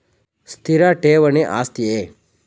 ಸ್ಥಿರ ಠೇವಣಿ ಆಸ್ತಿಯೇ?